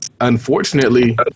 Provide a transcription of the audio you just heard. unfortunately